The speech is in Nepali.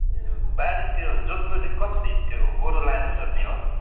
ए बारी त्यो जोत्नु चाहिँ कसरी त्यो गोरू लाएर जोत्ने हो